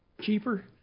cheaper